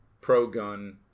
Pro-gun